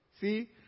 See